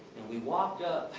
and we walked up,